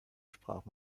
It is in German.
sprach